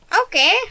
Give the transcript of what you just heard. Okay